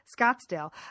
Scottsdale